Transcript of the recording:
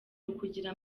ukugira